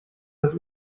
das